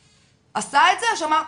אצלכם עשה את זה או שאמר,